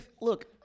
look